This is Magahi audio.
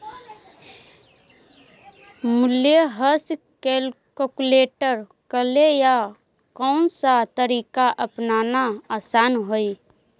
मूल्यह्रास कैलकुलेट करे ला कौनसा तरीका अपनाना आसान हई